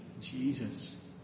Jesus